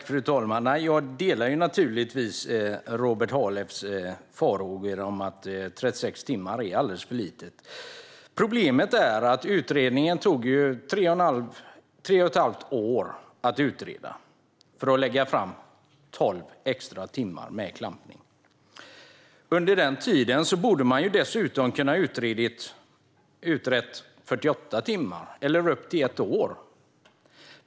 Fru talman! Jag delar naturligtvis Robert Halefs farhågor om att 36 timmar är alldeles för lite. Problemet är att det tog tre och ett halvt år att utreda detta för att lägga fram 12 extra timmar klampning. Under den tiden borde man ha kunnat utreda 48 timmar eller upp till ett år.